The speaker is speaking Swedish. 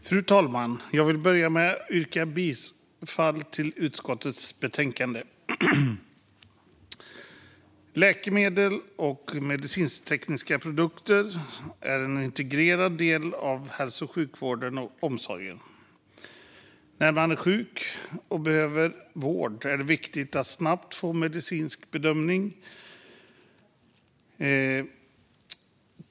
Fru talman! Jag vill börja med att yrka bifall till utskottets förslag i betänkandet. Läkemedel och medicintekniska produkter är en integrerad del av hälso och sjukvården och omsorgen. När man blir sjuk och behöver vård är det viktigt att snabbt få en medicinsk bedömning.